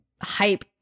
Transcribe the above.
hype